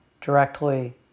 directly